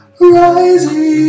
rising